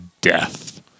death